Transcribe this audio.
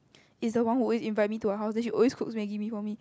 is the one who always invite me to her house den she always cooks maggi mee for me